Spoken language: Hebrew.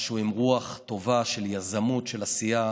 משהו עם רוח טובה של יזמות, של עשייה,